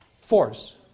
Force